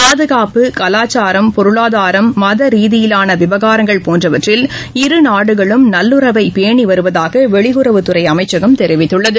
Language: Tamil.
பாதுகாப்பு கலாச்சாரம் பொருளாதாரம் மத ரீதியிலான விவகாரங்கள் போன்றவற்றில் இரு நாடுகளும் நல்லுறவை பேணி வருவதாக வெளியுறவுத்துறை அமைச்சகம் தெரிவித்துள்ளது